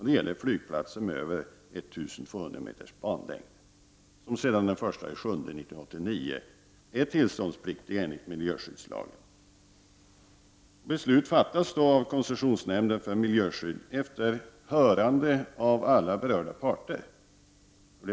Det gäller flygplatser med mer än 1 200 meters banlängd, som sedan den 1 juli 1989 är tillståndspliktiga enligt miljöskyddslagen. Beslut fattas av koncessionsnämnden för miljöskydd efter det att alla berörda parter har hörts.